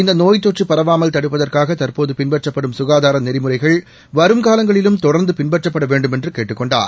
இந்த நோய் தொற்று பரவாமல் தடுப்பதற்காக தற்போது பின்பற்றப்படும் சுகாதார நெறிமுறைகள் வரும் காலங்களிலும் தொடர்ந்து பின்பற்றப்பட வேண்டுமென்று கேட்டுக் கொண்டார்